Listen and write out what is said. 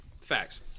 Facts